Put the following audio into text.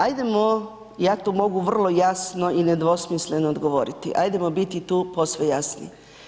Ajdemo ja tu mogu vrlo jasno i nedvosmisleno odgovoriti, ajdemo biti tu posve jasni.